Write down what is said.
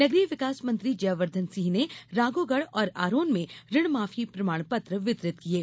नगरीय विकास मंत्री जयवर्धन सिंह ने राघौगढ़ और आरोन में ऋणमाफी प्रमाण पत्र वितरित किये